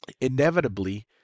inevitably